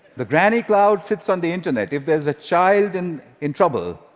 the granny cloud sits on the internet. if there's a child and in trouble,